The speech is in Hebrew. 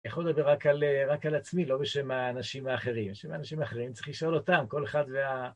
אני יכול לדבר רק על עצמי, לא בשם האנשים האחרים. בשם האנשים האחרים צריך לשאול אותם, כל אחד וה...